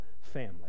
family